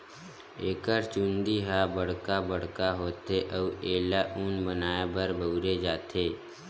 एकर चूंदी ह बड़का बड़का होथे अउ एला ऊन बनाए बर बउरे जाथे